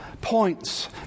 points